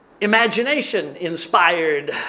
imagination-inspired